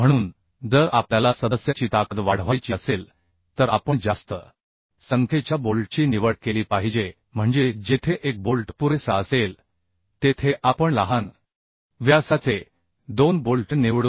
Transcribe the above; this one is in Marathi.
म्हणून जर आपल्याला सदस्याची ताकद वाढवायची असेल तर आपण जास्त संख्येच्या बोल्टची निवड केली पाहिजे म्हणजे जेथे एक बोल्ट पुरेसा असेल तेथे आपण लहान व्यासाचे दोन बोल्ट निवडू